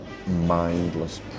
mindless